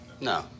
No